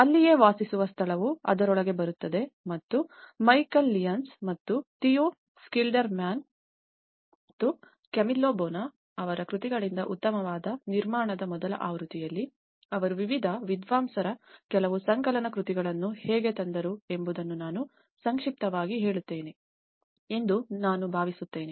ಅಲ್ಲಿಯೇ ವಾಸಿಸುವ ಸ್ಥಳವು ಅದರೊಳಗೆ ಬರುತ್ತದೆ ಮತ್ತು ಮೈಕಲ್ ಲಿಯಾನ್ಸ್ ಮತ್ತು ಥಿಯೋ ಸ್ಕಿಲ್ಡರ್ಮ್ಯಾನ್ ಮತ್ತು ಕ್ಯಾಮಿಲ್ಲೊ ಬೋನಾCamillo Boana's ಅವರ ಕೃತಿಗಳಿಂದ ಉತ್ತಮವಾದ ನಿರ್ಮಾಣದ ಮೊದಲ ಆವೃತ್ತಿಯಲ್ಲಿ ಅವರು ವಿವಿಧ ವಿದ್ವಾಂಸರ ಕೆಲವು ಸಂಕಲನ ಕೃತಿಗಳನ್ನು ಹೇಗೆ ತಂದರು ಎಂಬುದನ್ನು ನಾನು ಸಂಕ್ಷಿಪ್ತವಾಗಿ ಹೇಳುತ್ತೇನೆ ಎಂದು ನಾನು ಭಾವಿಸುತ್ತೇನೆ